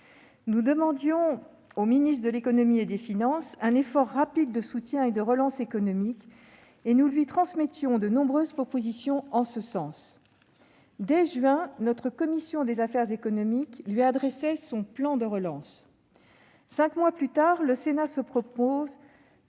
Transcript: Nous demandions au ministre de l'économie, des finances et de la relance un rapide effort de soutien et de relance économique et nous lui transmettions de nombreuses propositions en ce sens. Dès le mois de juin, la commission des affaires économiques du Sénat lui adressait son plan de relance. Cinq mois plus tard, le Sénat est appelé